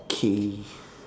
okay